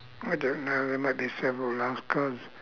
I don't know there might be several last cards